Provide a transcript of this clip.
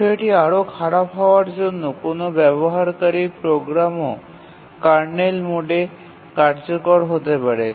বিষয়টি আরও খারাপ হওয়ার জন্য কোনও ব্যবহারকারী প্রোগ্রামও কার্নেল মোডে কার্যকর হতে পারে